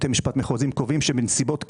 בתי משפט מחוזיים קובעים שבנסיבות קיצון.